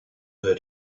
her